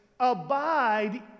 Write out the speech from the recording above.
abide